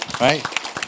right